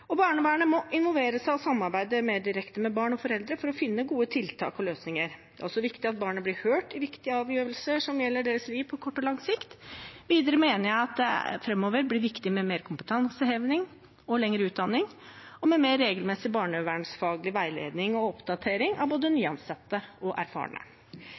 Barnevernet må involvere seg og samarbeide mer direkte med barn og foreldre for å finne gode tiltak og løsninger. Det er også viktig at barna blir hørt i viktige avgjørelser som gjelder deres liv på kort og lang sikt. Videre mener jeg at det framover blir viktig med mer kompetanseheving og lengre utdanning og med mer regelmessig barnevernsfaglig veiledning og oppdatering av både nyansatte og